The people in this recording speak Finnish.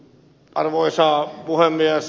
arvoisa puhemies